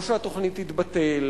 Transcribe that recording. או שהתוכנית תתבטל